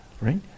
right